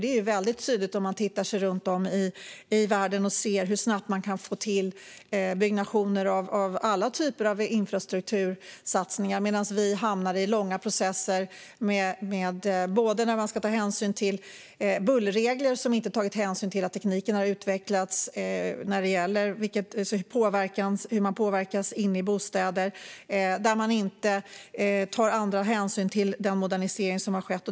Det blir väldigt tydligt om man tittar runt om i världen och ser hur snabbt andra kan få till byggnation av alla typer av infrastruktursatsningar. Vi däremot hamnar i långa processer för att vi ska ta hänsyn till bullerregler i vilka man i sin tur inte har tagit hänsyn till att tekniken har utvecklats för hur man påverkas inne i bostäder. Det tas heller ingen hänsyn till andra moderniseringar som har skett.